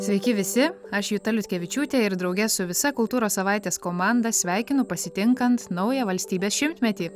sveiki visi aš juta liutkevičiūtė ir drauge su visa kultūros savaitės komanda sveikinu pasitinkant naują valstybės šimtmetį